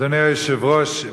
אדוני היושב-ראש,